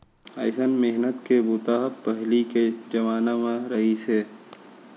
अइसन मेहनत के बूता ह पहिली के जमाना म रहिस हे